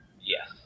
Yes